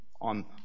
on